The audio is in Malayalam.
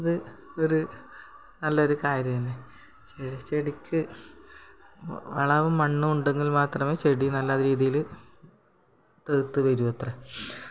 അത് ഒരു നല്ലൊരു കാര്യം തന്നെ ചെടി ചെടിക്ക് വളവും മണ്ണും ഉണ്ടെങ്കിൽ മാത്രമേ ചെടി നല്ല രീതീയിൽ കിളിർത്ത് വരുവത്രെ